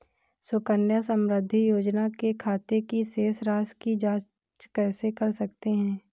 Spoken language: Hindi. सुकन्या समृद्धि योजना के खाते की शेष राशि की जाँच कैसे कर सकते हैं?